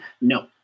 No